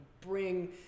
bring